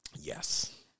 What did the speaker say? Yes